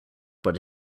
but